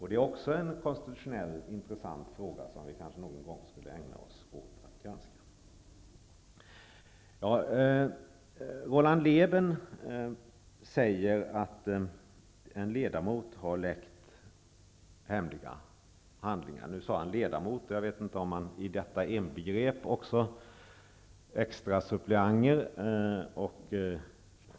Det här är också en konstitutionellt intressant fråga, som vi kanske någon gång borde ägna oss åt att granska. Roland Lében säger att en ledamot har läckt hemliga handlingar. Han sade ledamot, och jag vet inte om han däri inbegrep också extra suppleanter.